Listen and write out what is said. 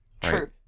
True